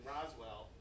Roswell